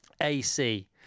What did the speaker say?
AC